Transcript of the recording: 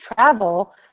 travel